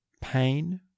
pain